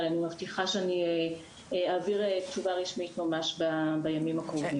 אבל אני מבטיחה שאעביר תשובה רשמית ממש בימים הקרובים.